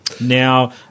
Now